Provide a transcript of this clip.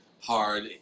hard